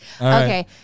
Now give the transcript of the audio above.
Okay